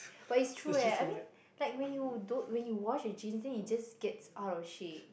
but it's true eh I mean like when you don't when you wash your jeans then it just gets out of shape